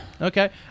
Okay